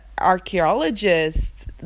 archaeologists